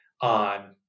on